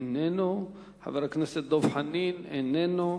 איננו, חבר הכנסת דב חנין, איננו,